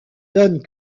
donne